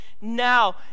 now